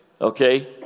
Okay